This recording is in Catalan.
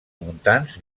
muntants